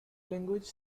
language